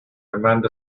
amanda